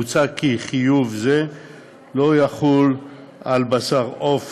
מוצע כי חיוב זה לא יחול על בשר עוף